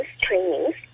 trainings